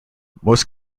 most